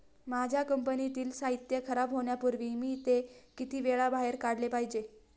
माझ्या कंपनीतील साहित्य खराब होण्यापूर्वी मी ते किती वेळा बाहेर काढले पाहिजे?